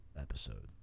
episode